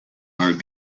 art